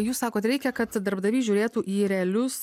jūs sakot reikia kad darbdavys žiūrėtų į realius